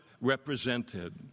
represented